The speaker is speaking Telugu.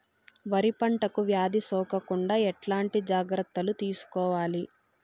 వరి పంటకు వ్యాధి సోకకుండా ఎట్లాంటి జాగ్రత్తలు తీసుకోవాలి?